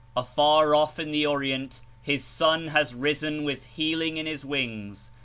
afar off in the orient his sun has risen with healing in his wings,